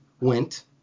went